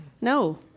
No